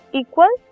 equal